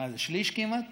מה זה, שליש כמעט?